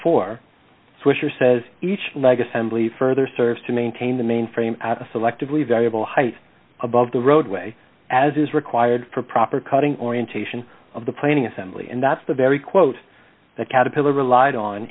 four swisher says each leg assembly further serves to maintain the mainframe at a selectively variable height above the roadway as is required for proper cutting orientation of the planing assembly and that's the very quote that caterpillar relied on